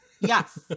yes